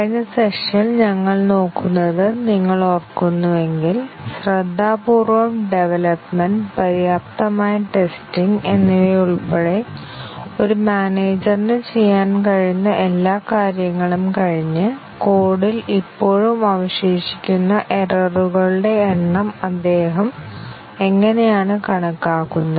കഴിഞ്ഞ സെഷനിൽ ഞങ്ങൾ നോക്കുന്നത് നിങ്ങൾ ഓർക്കുന്നുവെങ്കിൽ ശ്രദ്ധാപൂർവ്വം ഡെവലപ്മെന്റ് പര്യാപ്തമായ ടെസ്റ്റിങ് എന്നിവയുൾപ്പെടെ ഒരു മാനേജർ നു ചെയ്യാൻ കഴിയുന്ന എല്ലാ കാര്യങ്ങളും കഴിഞ്ഞ് കോഡിൽ ഇപ്പോഴും അവശേഷിക്കുന്ന എററുകളുടെ എണ്ണം അദ്ദേഹം എങ്ങനെയാണ് കണക്കാക്കുന്നത്